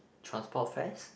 transport fares